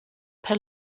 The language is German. per